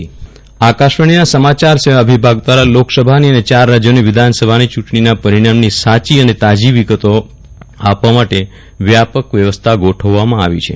વિરલ રાણા સમાચાર વિભાગ જાહેરાત આકાશવાડ઼ીના સમાચાર સેવા વિભાગ દ્વારા લોકસભાની અને ચાર રાજ્યોની વિધાનસભાની ચ્રંટણીના પરિણામની સાચી અને તાજી વિગતો આપવા માટે વ્યાપક વ્યવસ્થા ગોઠવવામાં આવી છે